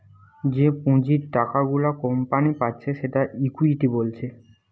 যে পুঁজির টাকা গুলা কোম্পানি পাচ্ছে সেটাকে ইকুইটি বলছে